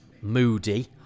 moody